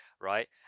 right